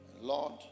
Lord